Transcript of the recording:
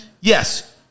yes